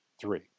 three